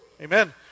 Amen